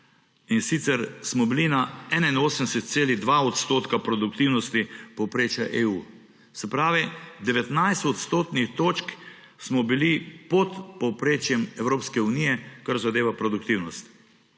sicer smo bili na 81,2 % produktivnosti povprečja EU. Se pravi, 19 odstotnih točk smo bili pod povprečjem Evropske unije, kar zadeva produktivnost,